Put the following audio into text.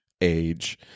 age